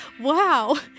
wow